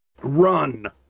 run